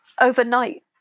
overnight